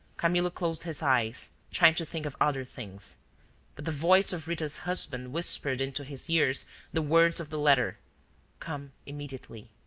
camillo closed his eyes, trying to think of other things but the voice of rita's husband whispered into his ears the words of the letter come immediately.